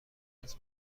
آبپز